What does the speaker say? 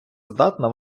здатна